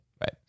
Right